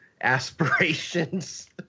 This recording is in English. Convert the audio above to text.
aspirations